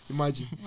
Imagine